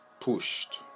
pushed